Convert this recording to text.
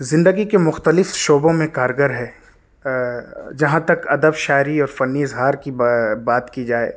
زندگی کے مختلف شعبوں میں کارگر ہے جہاں تک ادب شاعری اور فنی اظہار کی بات کی جائے